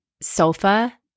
sofa